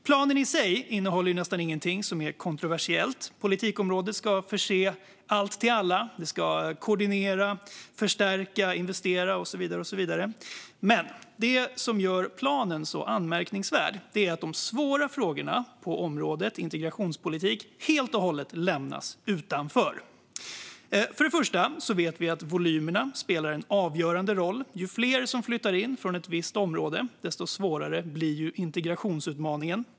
Planen i sig innehåller nästan ingenting som är kontroversiellt. Politikområdet ska förse allt till alla, det ska koordinera, förstärka, investera och så vidare. Men det som gör planen så anmärkningsvärd är att de svåra frågorna på området integrationspolitik helt och hållet lämnas utanför. För det första vet vi att volymerna spelar en avgörande roll. Ju fler som flyttar in från ett visst område, desto svårare blir integrationsutmaningen.